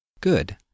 Good